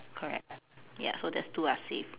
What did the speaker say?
correct ya so these two are safe